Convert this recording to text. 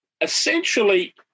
essentially